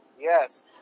Yes